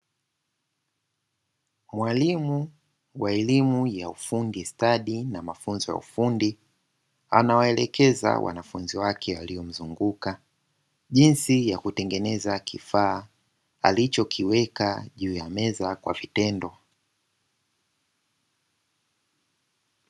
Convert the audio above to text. Mwalimu wa elimu ya ufundi stadi na mafunzo ya ufundi, anawaelekeza wanafunzi wake waliomzunguka jinsi ya kutengeneza kifaa alichokiweka juu ya meza kwa vitendo.